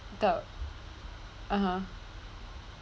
the (uh huh)